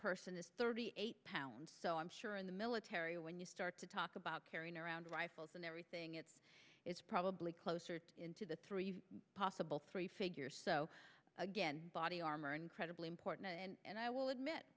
person is thirty eight pounds so i'm sure in the military when you start to talk about carrying around rifles and everything it is probably closer to the three possible three figures so again body armor incredibly important and i will admit